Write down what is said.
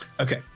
Okay